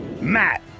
Matt